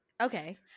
Okay